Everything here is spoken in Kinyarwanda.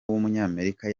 w’umunyamerika